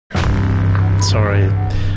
Sorry